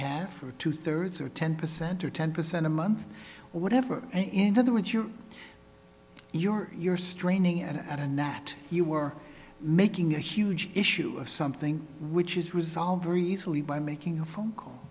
half or two thirds or ten percent or ten percent a month whatever in other words you you're you're straining at that and that you were making a huge issue of something which is resolved very easily by making a phone call